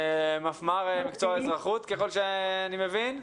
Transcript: מפמ"ר מקצוע האזרחות ככל שאני מבין.